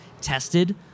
tested